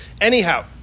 Anyhow